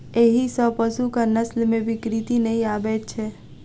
एहि सॅ पशुक नस्ल मे विकृति नै आबैत छै